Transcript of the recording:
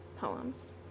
poems